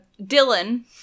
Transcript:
Dylan